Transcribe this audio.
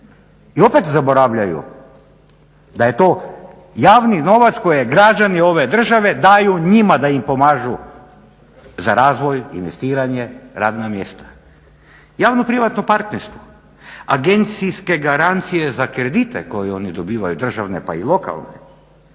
I opet zaboravljaju da je to javni novac koji građani ove države daju njima da im pomažu za razvoj, investiranje, radna mjesta. Javno privatno partnerstvo, agencijske garancije za kredite koje oni dobivaju, državne pa i lokalne,